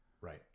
Right